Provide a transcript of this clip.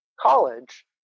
college